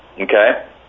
okay